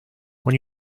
when